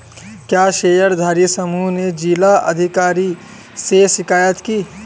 क्या शेयरधारी समूह ने जिला अधिकारी से शिकायत की?